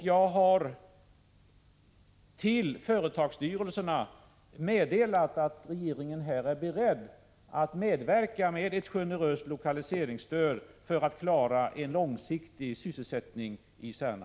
Jag har meddelat företagsstyrelserna att regeringen är beredd att medverka med ett generöst lokaliseringsstöd för att klara en långsiktig sysselsättning i Särna.